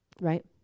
right